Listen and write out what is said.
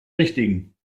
richtigen